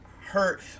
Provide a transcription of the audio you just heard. hurt